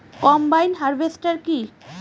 Combine harvester কি?